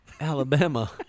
Alabama